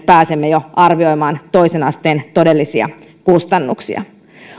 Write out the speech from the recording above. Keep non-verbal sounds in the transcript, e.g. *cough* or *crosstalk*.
*unintelligible* pääsemme jo nyt arvioimaan toisen asteen todellisia kustannuksia